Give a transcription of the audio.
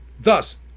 thus